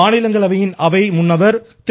மாநிலங்களவையின் அவை முன்னவர் திரு